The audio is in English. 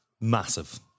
massive